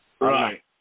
right